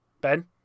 Ben